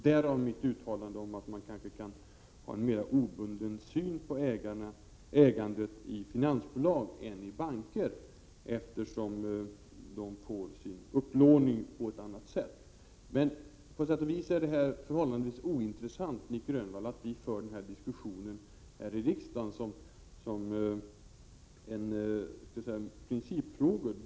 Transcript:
Därav mitt uttalande om att man kanske kan ha en mer obunden syn på ägandet i finansbolag än i banker, eftersom de får sin upplåning på ett annat sätt. 57 På sätt och vis är det förhållandevis ointressant, Nic Grönvall, att vi för den här diskussionen här i riksdagen som en principfråga.